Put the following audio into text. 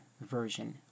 version